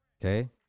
Okay